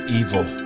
evil